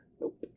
Nope